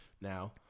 now